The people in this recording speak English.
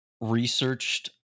researched